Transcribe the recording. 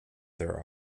their